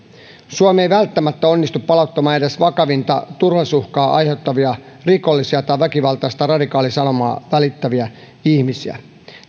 ei välttämättä onnistu palauttamaan edes vakavinta turvallisuusuhkaa aiheuttavia rikollisia tai väkivaltaista radikaalisanomaa välittäviä ihmisiä